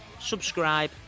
subscribe